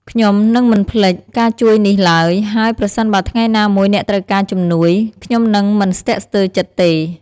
ខ្ញុំនឹងមិនភ្លេចការជួយនេះឡើយ ហើយប្រសិនបើថ្ងៃណាមួយអ្នកត្រូវការជំនួយ ខ្ញុំនឹងមិនស្ទាក់ស្ទើរចិត្តទេ។